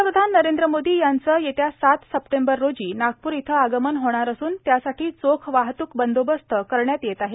पंतप्रधान नरेंद्र मोदी यांचं येत्या सात सप्टेंबर रोजी नागप्र इथं आगमन होणार असून त्यासाठी चोख वाहतूक बंदोबस्त करण्यात येत आहेत